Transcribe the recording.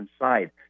inside